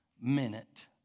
minute